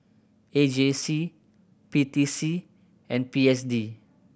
A J C P T C and P S D